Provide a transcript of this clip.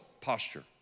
posture